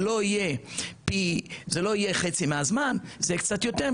זה לא יהיה חצי מהזמן זה יהיה קצת יותר,